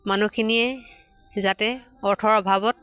মানুহখিনিয়ে যাতে অৰ্থৰ অভাৱত